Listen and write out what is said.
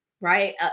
right